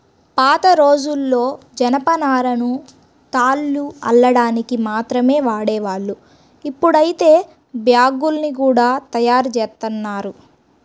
పాతరోజుల్లో జనపనారను తాళ్లు అల్లడానికి మాత్రమే వాడేవాళ్ళు, ఇప్పుడైతే బ్యాగ్గుల్ని గూడా తయ్యారుజేత్తన్నారు